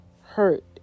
hurt